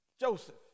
Joseph